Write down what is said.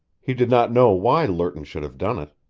he did not know why lerton should have done it,